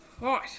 Right